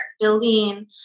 building